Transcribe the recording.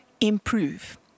improve